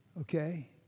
okay